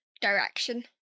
direction